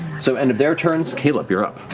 so end of their turns. caleb, you're up.